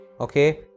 Okay